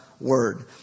word